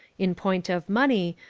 in point of money,